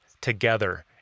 together